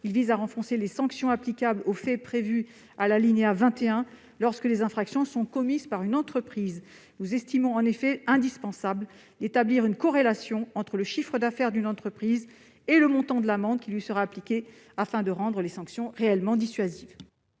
Il vise à renforcer les sanctions applicables aux faits prévus à l'alinéa 21 lorsque les infractions sont commises par une entreprise. Nous estimons en effet indispensable d'établir une corrélation entre le chiffre d'affaires d'une entreprise et le montant de l'amende qui lui sera appliquée, et ce afin de rendre les sanctions réellement dissuasives.